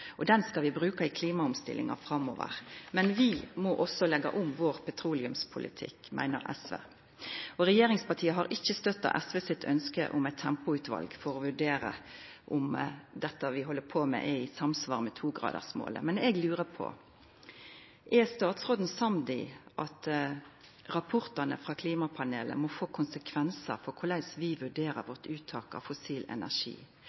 og den skal vi bruka i klimaomstillinga framover. Men vi må òg leggja om vår petroleumspolitikk, meiner SV. Regjeringspartia har ikkje støtta SV sitt ønske om eit tempoutval for å vurdera om dette vi held på med, er i samsvar med togradersmålet. Men eg lurer på: Er statsråden samd i at rapportane frå klimapanelet må få konsekvensar for korleis vi vurderer vårt uttak av fossil energi?